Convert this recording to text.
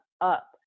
up